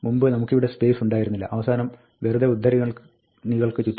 മുമ്പ് നമുക്കിവിടെ സ്പേസ് ഉണ്ടായിരുന്നില്ല അവസാനം വെറുതെ ഉദ്ധരണികൾക്ക് ചുറ്റുമായി